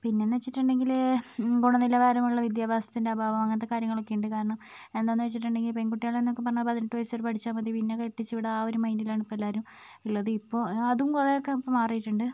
പിന്നേന്നു വെച്ചിട്ടുണ്ടെങ്കിൽ ഗുണനിലവാരമുള്ള വിദ്യാഭ്യാസത്തിൻ്റെ അഭാവം അങ്ങനത്തെ കാര്യങ്ങളൊക്കെയുണ്ട് കാരണം എന്താന്ന് വെച്ചിട്ടുണ്ടെങ്കിൽ പെൺകുട്ടികളെന്നോക്കെ പറഞ്ഞാൽ പതിനെട്ട് വയസ് വരെ പഠിച്ചാൽ മതി പിന്നെ കെട്ടിച്ച് വിടാം ആ ഒരു മൈൻഡിൽ ഇപ്പോൾ എല്ലാവരും ഉള്ളത് ഇപ്പോൾ അതും കുറേയൊക്കെ മാറിയിട്ടുണ്ട്